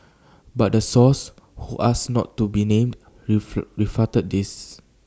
but the source who asked not to be named refuted this